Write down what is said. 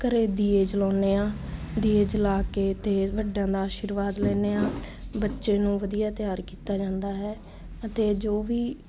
ਘਰ ਦੀਵੇ ਜਲਾਉਂਦੇ ਹਾਂ ਦੀਵੇ ਜਲਾ ਕੇ ਅਤੇ ਵੱਡਿਆਂ ਦਾ ਆਸ਼ੀਰਵਾਦ ਲੈਂਦੇ ਹਾਂ ਬੱਚੇ ਨੂੰ ਵਧੀਆ ਤਿਆਰ ਕੀਤਾ ਜਾਂਦਾ ਹੈ ਅਤੇ ਜੋ ਵੀ